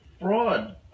fraud